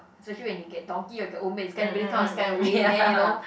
especially when you get Donkey or get Old-Maid get everybody kind of scared away and then you know